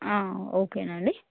okay అండి